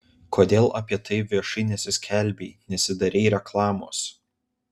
kodėl apie tai viešai nesiskelbei nesidarei reklamos